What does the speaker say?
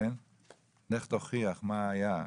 לך תוכיח מה היה.